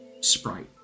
sprite